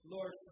Lord